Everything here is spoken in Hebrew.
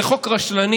זה חוק רשלני,